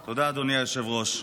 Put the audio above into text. תודה, אדוני היושב-ראש.